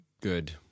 good